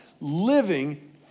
living